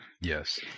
Yes